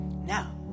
Now